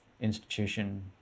institution